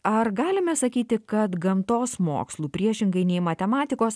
ar galime sakyti kad gamtos mokslų priešingai nei matematikos